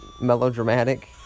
melodramatic